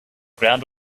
ground